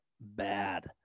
bad